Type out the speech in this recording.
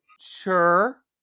Sure